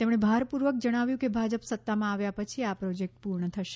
તેમણે ભારપૂર્વક જણાવ્યું કે ભાજપ સત્તામાં આવ્યા પછી આ પ્રોજેક્ટ પૂર્ણ થશે